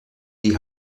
die